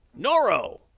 Noro